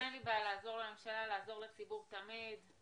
אין לי בעיה לעזור לממשלה, לעזור לציבור תמיד.